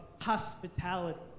hospitality